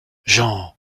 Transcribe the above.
jean